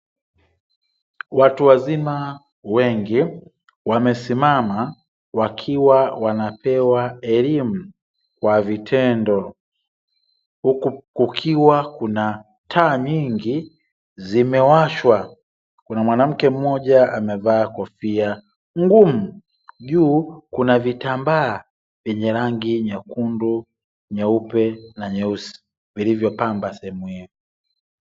Watu wazima wengi wamesimama wakiwa wanapewa elimu kwa vitendo, huku kukiwa kuna taa nyingi zimewashwa. Kuna mwanamke mmoja amevaa kofia ngumu. Juu kuna vitambaa vyenye rangi nyekundu, nyeupe na nyeusi vilivyopamba sehemu hii.